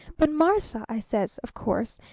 but martha, i says, of course,